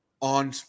on